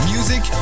Music